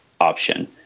option